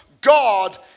God